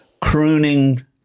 crooning